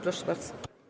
Proszę bardzo.